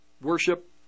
worship